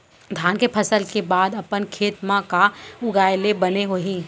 धान के फसल के बाद अपन खेत मा का उगाए ले बने होही?